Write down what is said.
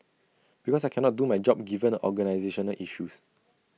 because I cannot do my job given the organisational issues